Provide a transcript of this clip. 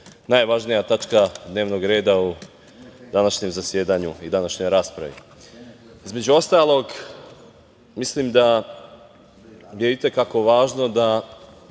najvažnija tačka dnevnog reda u današnjem zasedanju i današnjoj raspravi. Između ostalog, mislim da je itekako važno da